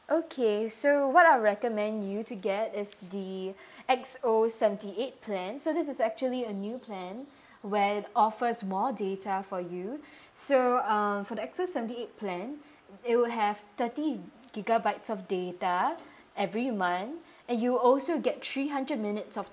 okay so what I'll recommend you to get it's the X_O seventy eight plan so this is actually a new plan where offers more data for you so um for the X_O seventy eight plan it will have thirty gigabytes of data every month and you'll also get three hundred minutes of